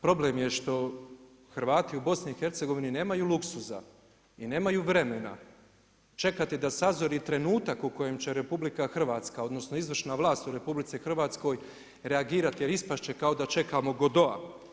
Problem je što Hrvati u BiH-u nemaju luksuza i nemaju vremena da sazori trenutak u kojem će RH odnosno izvršna vlast u RH reagirati jer ispast će kao da čekamo Godota.